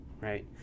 right